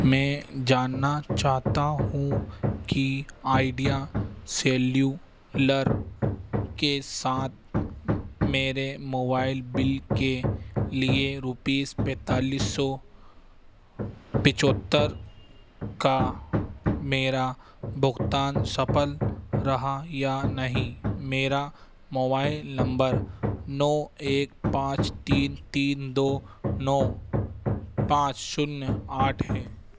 मैं जानना चाहता हूँ कि आइडिया सेल्युलर के साथ मेरे मोबाइल बिल के लिए रूपीज पैंतालीस सौ पचहत्तर का मेरा भुगतान सफल रहा या नहीं मेरा मोबाइल नम्बर नौ एक पाँच तीन तीन दो नौ पाँच शून्य आठ है